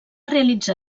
realitzar